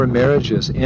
marriages